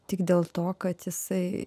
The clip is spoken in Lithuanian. tik dėl to kad jisai